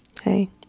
Hey